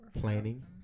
planning